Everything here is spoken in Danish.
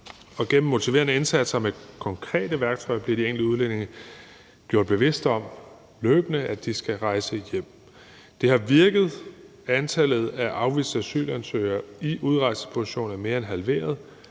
og gennem motiverende indsatser med konkrete værktøjer bliver de enkelte udlændinge løbende gjort bevidst om, at de skal rejse hjem. Det har virket. Antallet af afviste asylansøgere i udrejseposition er mere end halveret,